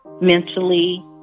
mentally